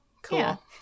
Cool